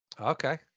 Okay